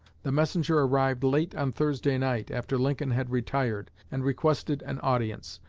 the messenger arrived late on thursday night, after lincoln had retired, and requested an audience.